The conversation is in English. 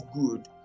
good